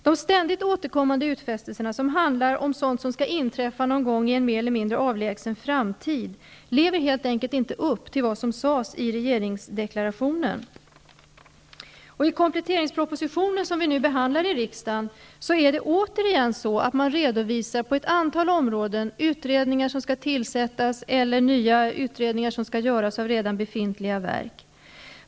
De ständigt återkommande utfästelserna som handlar om sådant som skall inträffa någon gång i en mer eller mindre avlägsen framtid motsvarar helt enkelt inte vad som sades i regeringsdeklarationen. I kompletteringspropositionen, som nu behandlas i riksdagen, redovisar man återigen att det på ett antal områden skall tillsättas utredningar eller att det skall göras nya utredningar av redan befintliga verk.